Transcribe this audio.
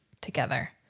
together